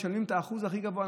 משלמים את האחוז הכי גבוה,